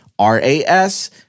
RAS